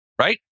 right